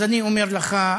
אז אני אומר לך,